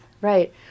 right